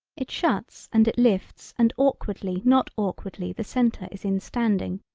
it shuts and it lifts and awkwardly not awkwardly the centre is in standing.